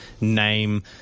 name